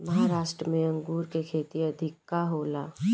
महाराष्ट्र में अंगूर के खेती अधिका होला